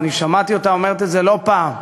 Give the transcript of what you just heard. ושמעתי אותה אומרת את זה לא פעם,